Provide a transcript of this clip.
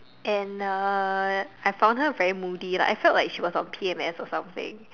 and uh I found her very moody like I felt like she was on P_M_S or something